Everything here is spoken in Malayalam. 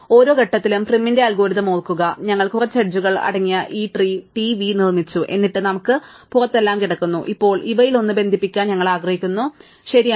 അതിനാൽ ഓരോ ഘട്ടത്തിലും പ്രിമിന്റെ അൽഗോരിതം ഓർക്കുക ഞങ്ങൾ കുറച്ച് എഡ്ജുകൾ അടങ്ങിയ ഈ ട്രീ T V നിർമ്മിച്ചു എന്നിട്ട് നമുക്ക് പുറത്ത് എല്ലാം കിടക്കുന്നു ഇപ്പോൾ ഇവയിൽ ഒന്ന് ബന്ധിപ്പിക്കാൻ ഞങ്ങൾ ആഗ്രഹിക്കുന്നു ശരിയാണ്